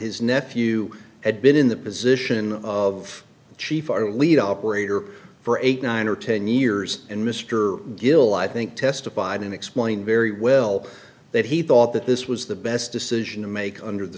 his nephew had been in the position of chief or lead operator for eight nine or ten years and mr gill i think testified and explained very well that he thought that this was the best decision to make under the